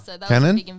canon